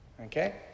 Okay